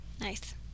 Nice